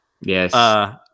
Yes